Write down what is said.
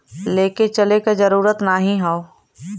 लेके चले क जरूरत नाहीं हौ